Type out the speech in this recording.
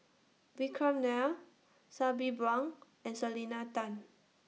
Vikram Nair Sabri Buang and Selena Tan